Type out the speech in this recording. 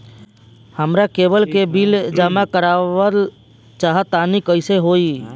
हमरा केबल के बिल जमा करावल चहा तनि कइसे होई?